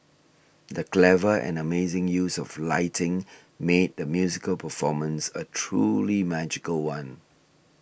the clever and amazing use of lighting made the musical performance a truly magical one